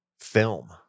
film